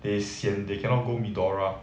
they sian they cannot go medora